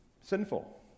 sinful